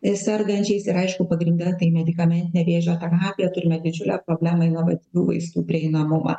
sergančiais ir aišku pagrinde tai medikamentinė vėžio terapija turime didžiulę problemą inovatyvių vaistų prieinamumą